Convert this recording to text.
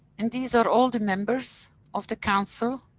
and these are all the members of the council.